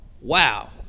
Wow